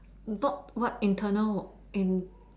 bought what internal in